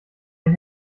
den